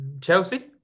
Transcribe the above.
Chelsea